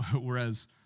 whereas